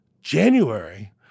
January